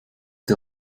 der